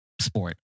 sport